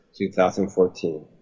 2014